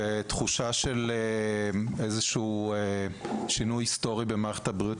זו תחושה של איזה שהוא שינוי היסטורי במערכת הבריאות.